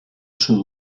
sud